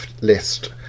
list